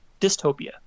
dystopia